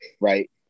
right